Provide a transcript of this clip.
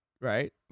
right